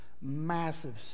massive